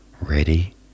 ready